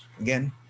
Again